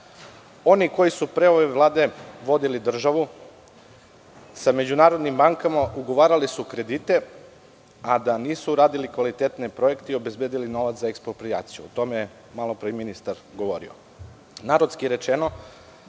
koji su pre ove vlade vodili državu sa međunarodnim bankama ugovarali su kredite, a da nisu uradili kvalitetne projekte i obezbedili novac za eksproprijaciju. O tome je malopre ministar govorio. Narodski rečeno,